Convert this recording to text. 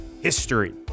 history